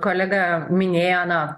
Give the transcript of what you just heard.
kolega minėjo na